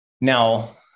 Now